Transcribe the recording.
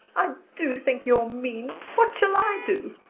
i do think you're mean. what shall i do?